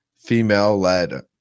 Female-led